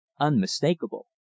unmistakable